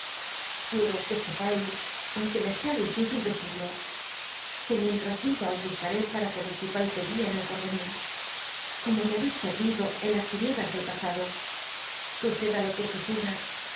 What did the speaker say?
quiero r ue sepais aunque me sea dificil decirlo que mientras viva os buscaré pa ra que me sirvais de guia en el porvenir como me ha beis servido en las tinieblas del pasado suceda lo que suceda